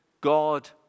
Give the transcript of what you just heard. God